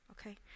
Okay